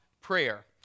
prayer